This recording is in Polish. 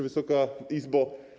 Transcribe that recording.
Wysoka Izbo!